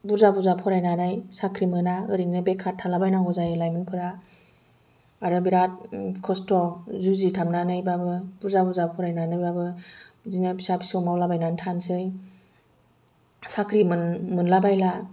बुरजा बुरजा फरायनानै साख्रि मोना ओरैनो बेखार थाला बायनांगौ जायो लाइमोनफोरा आरो बिराद खसथ' जुजिथाबनानैबाबो बुरजा बुरजा फरायनानैबाबो बिदिनो फिसा फिसौ मावलाबायनानै थानोसै साख्रि मोनलाबायला